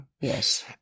Yes